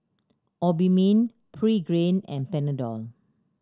Obimin Pregain and Panadol